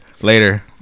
Later